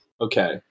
okay